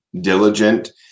diligent